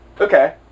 Okay